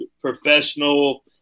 professional